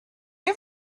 you